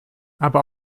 aber